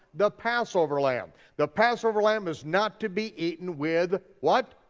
the passover lamb, the passover lamb is not to be eaten with what?